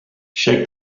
shake